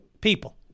people